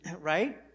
Right